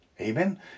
Amen